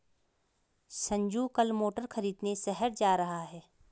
संजू कल मोटर खरीदने शहर जा रहा है